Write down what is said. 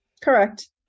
Correct